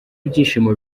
ibyishimo